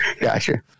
Gotcha